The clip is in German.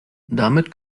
damit